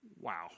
Wow